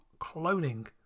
cloning